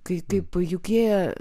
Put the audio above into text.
kai kaip juk jie